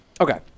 Okay